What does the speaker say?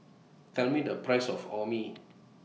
Tell Me The Price of Orh Nee